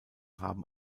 haben